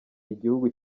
igihugu